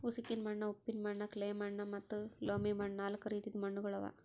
ಉಸುಕಿನ ಮಣ್ಣ, ಉಪ್ಪಿನ ಮಣ್ಣ, ಕ್ಲೇ ಮಣ್ಣ ಮತ್ತ ಲೋಮಿ ಮಣ್ಣ ನಾಲ್ಕು ರೀತಿದು ಮಣ್ಣುಗೊಳ್ ಅವಾ